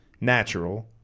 natural